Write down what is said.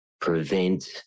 prevent